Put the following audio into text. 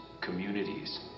communities